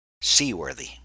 seaworthy